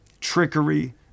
trickery